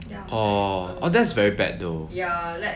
orh that's very bad though